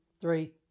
three